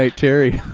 ah terry,